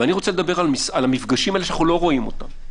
ואני רוצה לדבר על המפגשים האלה שאנחנו לא רואים אותם,